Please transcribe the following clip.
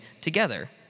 together